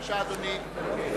בבקשה, אדוני.